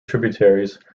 tributaries